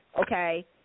okay